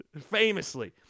Famously